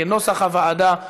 כנוסח הוועדה.